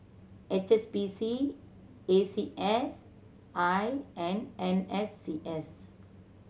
H S B C A C S I and N S C S